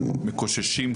מקוששים,